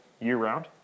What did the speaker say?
year-round